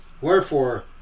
Wherefore